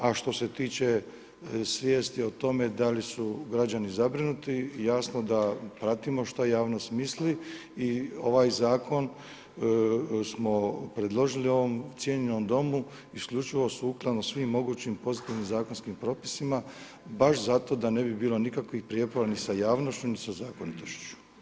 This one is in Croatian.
A što se tiče svijesti o tome, da li su građani zabrinuti, jasno da pratimo što javnost misli i ovaj zakon smo predložili ovom cijenjenom Domu, isključivo sukladno svim mogućim pozitivnim zakonskim propisima baš zato da ne bi bilo nikakvih prijepori sa javnošću ni sa zakonitošću.